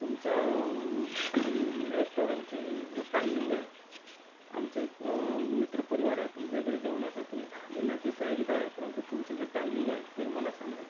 तुमच्या रेस्टॉरंटची जो टाइमिंग आहे आमचं एक मित्र परिवार आहे तुमच्याइकडे जेवणासाठी येण्याची तयारीत आहे परंतु तुमची जी टाइमिंग आहे ते मला सांगा